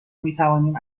میتوانیم